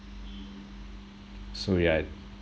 so yeah